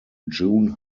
june